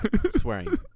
swearing